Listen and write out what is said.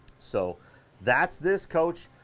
so that's this coach.